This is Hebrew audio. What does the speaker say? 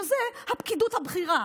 שזו הפקידות הבכירה,